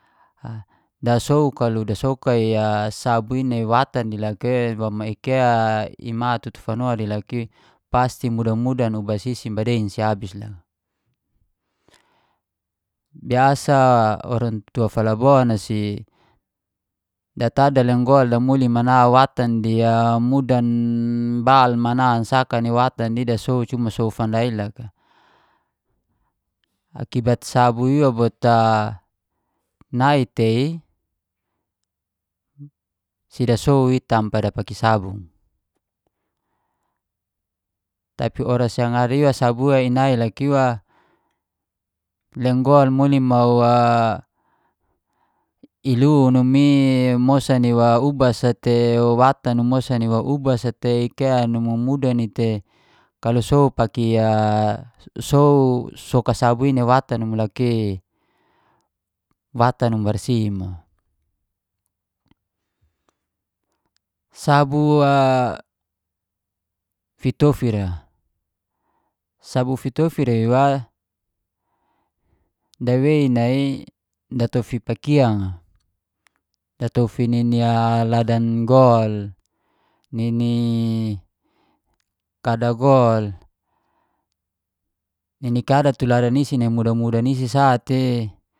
A dasow kalau kaya sabur i nai ni watan ni loka, bo mau ke, ima tutu fano pasti mudan-mudan di sisi nabadein si ababis lo. Biasa orang tua falabon dasi data dalenga gol damuli mana watan di a mudan, bal mana, saka ni watan ni dasow fands wa iloka. Akibat sabur ia bot nai tei, si dasow tanpa dapaki sabur, tapi oras sang ari iwa sabur a inai loka liwa lenggol muni mau a ilu numin mosan ni ubas a te, watan numu mosan wa ubas sate, ke numu mudan i te, kalau sow pake a, sow sow ka sabur na watan numu laka i, watan numu barsi mo. Sabur fitofi a, sabur fitofi ra iwadawei nai datofi pakiang, datofi nini aladan gol, nini kada gol, nini kada tu ladan isi namudan-mudan isi sate